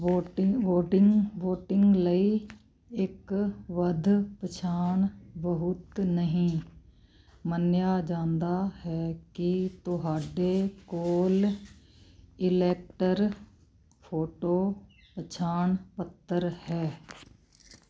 ਵੋਟੀ voting voting ਲਈ ਇੱਕ ਵੱਧ ਪਛਾਣ ਬਹੁਤ ਨਹੀਂ ਮੰਨਿਆ ਜਾਂਦਾ ਹੈ ਕੀ ਤੁਹਾਡੇ ਕੋਲ ਇਲੈਕਟਰ ਫੋਟੋ ਪਛਾਣ ਪੱਤਰ ਹੈ